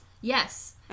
Yes